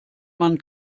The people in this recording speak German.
man